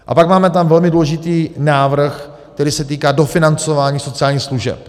A pak máme velmi důležitý návrh, který se týká dofinancování sociálních služeb.